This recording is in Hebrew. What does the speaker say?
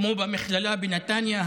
כמו במכללה בנתניה,